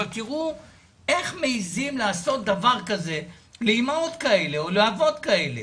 אבל תראו איך מעזים לעשות דבר כזה לאימהות כאלה או לאבות כאלה.